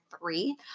three